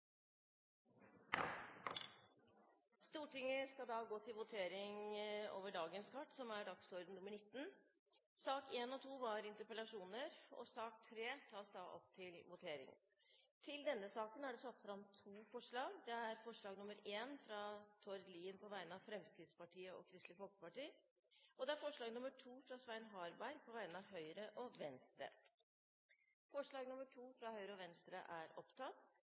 Stortinget skal votere over sakene på dagens kart. Under debatten er det satt fram to forslag. Det er forslag nr. 1, fra Tord Lien på vegne av Fremskrittspartiet og Kristelig Folkeparti forslag nr. 2, fra Svein Harberg på vegne av Høyre og Venstre Det voteres først over forslag nr. 2, fra Høyre og Venstre.